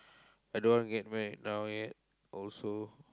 I don't want get married now yet also